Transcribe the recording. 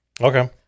Okay